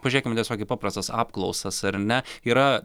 pažiūrėkim tiesiog į paprastas apklausas ar ne yra